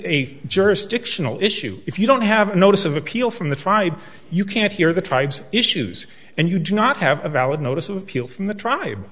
a jurisdictional issue if you don't have a notice of appeal from the tribe you can't hear the tribes issues and you do not have a valid notice of appeal from the tribe